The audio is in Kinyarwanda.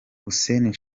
hussein